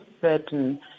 certain